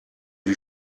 die